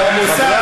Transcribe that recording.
או לשרת במשטרה,